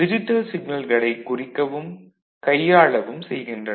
digital சிக்னல்களை குறிக்கவும் கையாளவும் செய்கின்றன